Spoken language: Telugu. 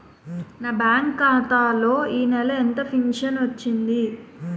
నా బ్యాంక్ ఖాతా లో ఈ నెల ఎంత ఫించను వచ్చింది?